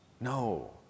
No